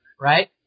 right